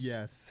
Yes